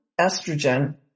estrogen